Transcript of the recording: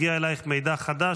הגיע אלייך מידע חדש,